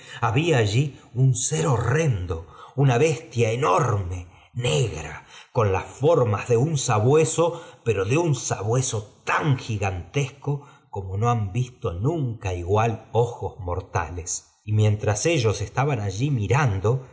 había allí un ser horrendo una abestia enorme negra con las formas de un saí bueso pero de un sabueso tan gigantesco como c no han visto nunca igual ojos mortales y mienp itras ellos estaban allí mirando